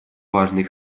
важный